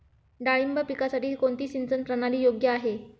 डाळिंब पिकासाठी कोणती सिंचन प्रणाली योग्य आहे?